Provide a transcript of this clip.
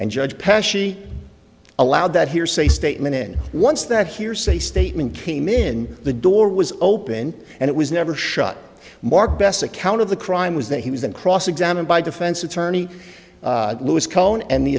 and judge pesh allowed that hearsay statement in once that hearsay statement came in the door was open and it was never shut mark best account of the crime was that he was then cross examined by defense attorney louis cohen and the